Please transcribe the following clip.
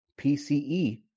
PCE